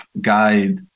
guide